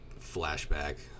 flashback